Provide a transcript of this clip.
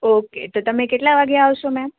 okay તો તમે કેટલા વાગ્યે આવશો મેમ